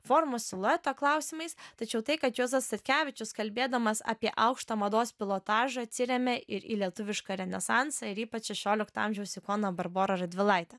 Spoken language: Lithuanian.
formos silueto klausimais tačiau tai kad juozas statkevičius kalbėdamas apie aukštą mados pilotažą atsiremia ir į lietuvišką renesansą ir ypač šešiolikto amžiaus ikoną barborą radvilaitę